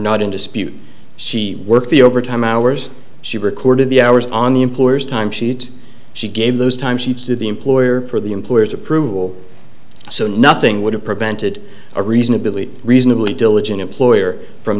not in dispute she worked the overtime hours she recorded the hours on the employer's time sheet she gave those time sheets to the employer for the employer's approval so nothing would have prevented a reasonably reasonably diligent employer from